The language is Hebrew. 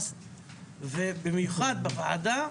ובמיוחד בוועדה,